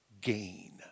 gain